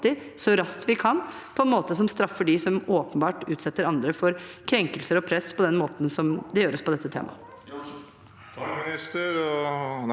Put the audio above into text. så raskt vi kan, på en måte som straffer dem som åpenbart utsetter andre for krenkelser og press på den måten det gjøres på dette området.